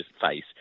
face